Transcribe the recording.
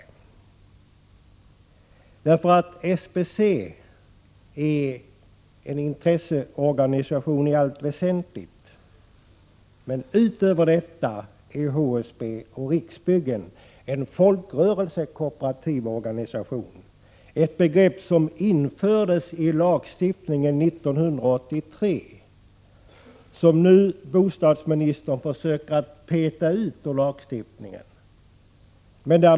87 SBC är i allt väsentligt en intresseorganisation, medan HSB och Riksbyggen utöver detta är folkrörelsekooperativa organisationer, ett begrepp som infördes i lagstiftningen 1983 och som bostadsministern nu vill peta ur lagstiftningen.